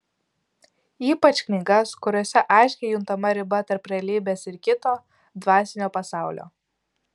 ypač knygas kuriose aiškiai juntama riba tarp realybės ir kito dvasinio pasaulio